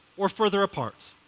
or further apart?